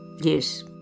Yes